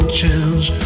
change